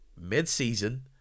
mid-season